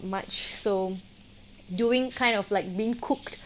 much so doing kind of like being cooked